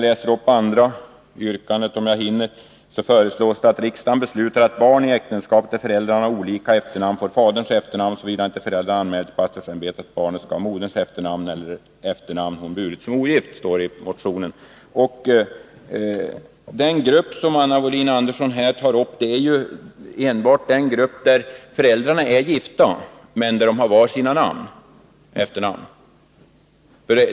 I det andra yrkandet i motionen föreslås ”att riksdagen beslutar att barn i äktenskap där föräldrarna har olika efternamn får faderns efternamn såvida icke föräldrarna anmäler till pastorsämbetet att barnet skall ha moderns efternamn eller efternamn hon burit som ogift”. Den grupp som Anna Wohlin-Andersson här tar upp är enbart den grupp föräldrar som är gifta men har olika efternamn.